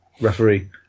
referee